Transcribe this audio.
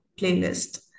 playlist